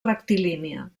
rectilínia